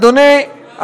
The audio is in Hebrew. אדוני,